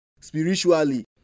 spiritually